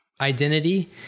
identity